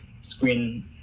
screen